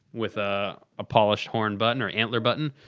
with a a polished horn button or antler button.